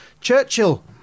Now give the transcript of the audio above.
Churchill